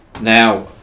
Now